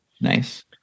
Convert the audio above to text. Nice